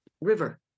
river